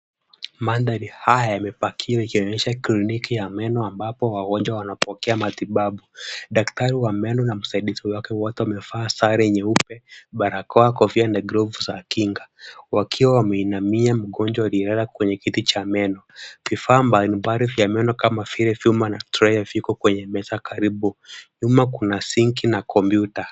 Mandhari haya yamepakiwa ikionyesha kliniki ya meno ambapo wagonjwa wanapokea matibabu, daktari wa meno na msaidizi wake wote wamevaa sare nyeupe, barakoa, kofia na glavu za kinga, wakiwa wameinamia mgonjwa aliyelala kwenye kiti cha meno, vifaa mbalimbali vya meno kama vile vyuma na trei viko kwenye meza karibu, nyuma kuna sinki na kompyuta.